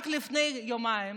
רק לפני יומיים